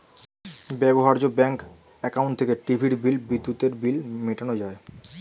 ব্যবহার্য bank account থেকে টিভির বিল, বিদ্যুতের বিল মেটানো যায়